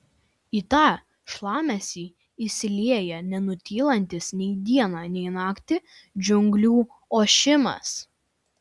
į tą šlamesį įsilieja nenutylantis nei dieną nei naktį džiunglių ošimas